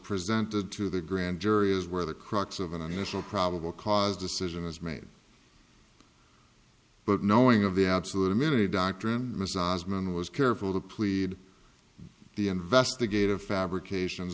presented to the grand jury is where the crux of an initial probable cause decision is made but knowing of the absolute immunity doctrine massaged man was careful to plead the investigative fabrications